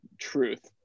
truth